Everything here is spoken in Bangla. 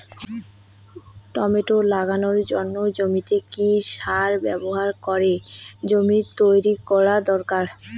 টমেটো লাগানোর জন্য জমিতে কি সার ব্যবহার করে জমি তৈরি করা দরকার?